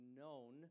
known